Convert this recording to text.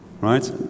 right